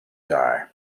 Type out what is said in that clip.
die